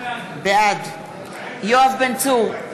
בעד יואב בן צור,